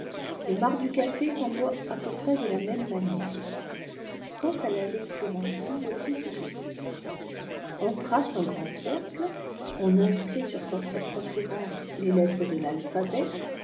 le marc du café s'emploie à peu près de la même manière quanta l'aectromancie voici ce que c'est on trace un grand cercle on inscrit sur sa circonférence les lettres de l'alphabet